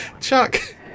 Chuck